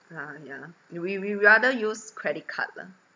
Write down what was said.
ah yeah we we rather use credit card lah